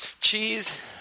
Cheese